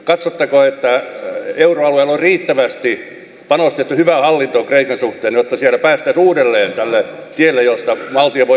katsotteko että euroalueella on riittävästi panostettu hyvään hallintoon kreikan suhteen jotta siellä päästäisiin uudelleen tälle tielle jossa valtio voi selvitä veloistaan